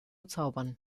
zaubern